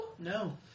No